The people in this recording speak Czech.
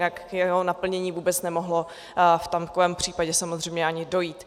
Jinak k jeho naplnění vůbec nemohlo v takovém případě samozřejmě ani dojít.